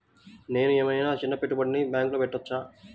నేను ఏమయినా చిన్న పెట్టుబడిని బ్యాంక్లో పెట్టచ్చా?